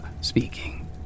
speaking